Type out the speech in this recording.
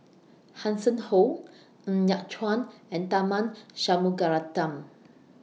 Hanson Ho Ng Yat Chuan and Tharman Shanmugaratnam